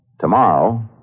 Tomorrow